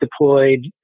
deployed